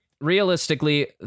realistically